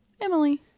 Emily